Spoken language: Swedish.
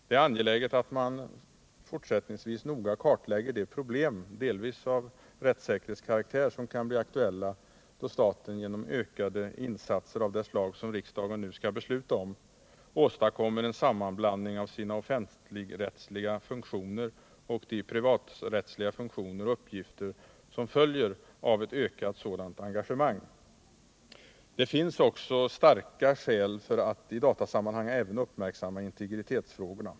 Det är angeläget att man fortsättningsvis noga kartlägger de problem, delvis av rättssäkerhetskaraktär, som kan bli aktuella då staten genom ökade insatser av det slag som riksdagen nu skall besluta om åstadkommer en sammanblandning av sina offentligrättsliga funktioner och de privaträttsliga funktioner och uppgifter som följer av ett ökat sådant engagemang. Det finns också starka skäl för att i datasammanhang uppmärksamma integritetsfrågorna.